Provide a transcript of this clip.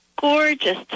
gorgeous